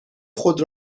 خود